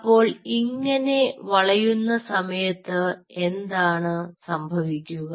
അപ്പോൾ ഇങ്ങനെ വളയുന്ന സമയത്ത് എന്താണ് സംഭവിക്കുക